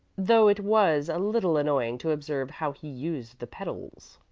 though it was a little annoying to observe how he used the pedals.